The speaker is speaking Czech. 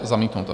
Zamítnuto.